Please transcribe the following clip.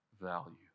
value